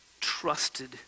trusted